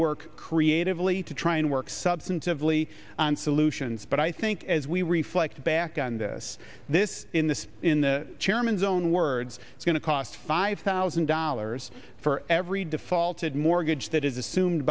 work creatively to try and work substantively on solutions but i think as we reflect back on this this in this in the chairman's own words it's going to cost five thousand dollars for every defaulted mortgage that is assumed